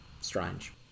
strange